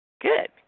Good